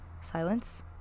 Silence